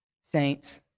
saints